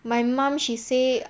my mum she say